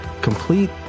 complete